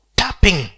tapping